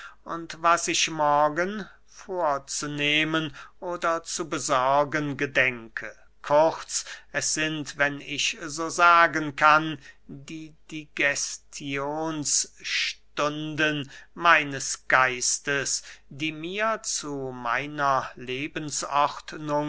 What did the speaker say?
was ich morgen vorzunehmen oder zu besorgen gedenke kurz es sind wenn ich so sagen kann die digestionsstunden meines geistes die mir zu meiner